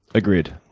agreed.